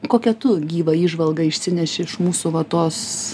kokią tu gyvą įžvalgą išsineši iš mūsų va tos